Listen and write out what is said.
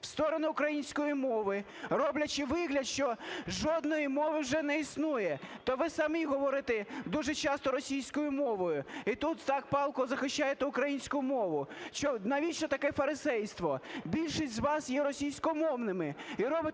в сторону української мови, роблячи вигляд, що жодної мови вже не існує. То ви самі говорите дуже часто російською мовою - і тут так палко захищаєте українську мову. Навіщо таке фарисейство? Більшість з вас є російськомовними,